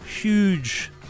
huge